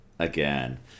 again